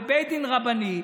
בבית דין רבני.